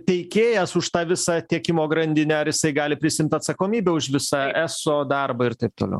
teikėjas už tą visą tiekimo grandinę ar jisai gali prisiimt atsakomybę už visą eso darbą ir taip toliau